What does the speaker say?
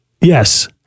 Yes